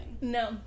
No